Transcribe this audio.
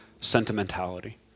sentimentality